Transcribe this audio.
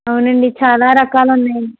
అవునండి చాలా రకాలు ఉన్నాయి